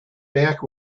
back